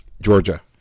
Georgia